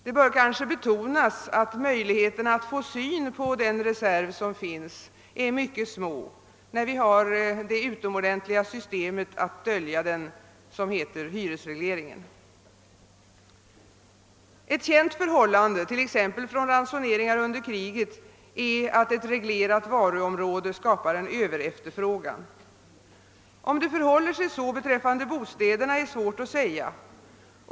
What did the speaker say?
Det bör kanske betonas att möjligheterna att få syn på den reserv som finns är mycket små när vi har det utomordentliga system att dölja den som heter hyresreglering. Ett känt förhållande, t.ex. från ransoneringar under kriget, är att reglerat varuområde skapar en överefterfrågan. Om det förhåller sig så beträffande bostäderna är svårt att säga.